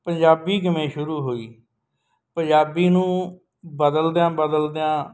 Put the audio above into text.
ਪੰਜਾਬੀ ਕਿਵੇਂ ਸ਼ੁਰੂ ਹੋਈ ਪੰਜਾਬੀ ਨੂੰ ਬਦਲਦਿਆਂ ਬਦਲਦਿਆਂ